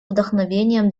вдохновением